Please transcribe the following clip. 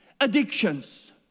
addictions